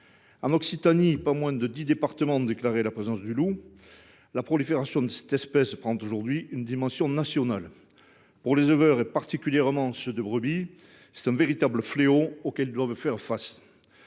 En Occitanie, pas moins de dix départements ont déclaré la présence du loup. Sa prolifération prend aujourd’hui une dimension nationale. Pour les éleveurs, particulièrement ceux de brebis, elle constitue un véritable fléau, auquel ils doivent faire face.